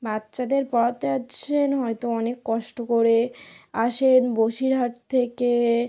বাচ্চাদের পড়াতে আনছেন হয়তো অনেক কষ্ট করে আসেন বসিরহাট থেকে